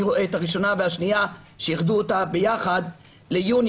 אני רואה את הראשונה והשנייה שאיחדו אותן ביחד ליוני